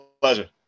pleasure